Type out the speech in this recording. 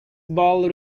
ball